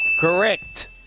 Correct